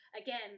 Again